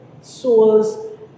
Souls